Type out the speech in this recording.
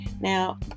now